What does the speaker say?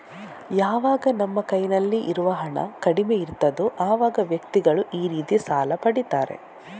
ಯಾವಾಗ ನಮ್ಮ ಕೈನಲ್ಲಿ ಇರುವ ಹಣ ಕಡಿಮೆ ಇರ್ತದೋ ಅವಾಗ ವ್ಯಕ್ತಿಗಳು ಈ ರೀತಿ ಸಾಲ ಪಡೀತಾರೆ